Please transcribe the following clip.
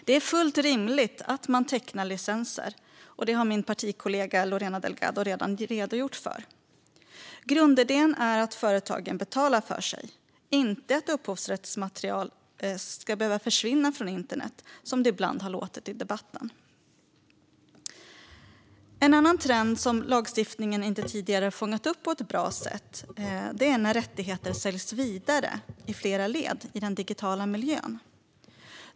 Det är fullt rimligt att man tecknar licenser, och det har min partikollega Lorena Delgado redan redogjort för. Grundidén är att företagen betalar för sig, inte att upphovsrättsmaterial ska behöva försvinna från internet, som det ibland har låtit som i debatten. En annan trend som lagstiftningen inte har fångat upp på ett bra sätt tidigare är när rättigheter säljs vidare i flera led i den digitala miljön.